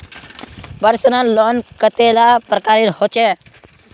Personal loan कतेला प्रकारेर होचे?